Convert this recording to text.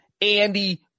Andy